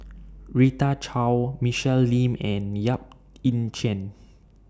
Rita Chao Michelle Lim and Yap Ee Chian